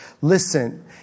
listen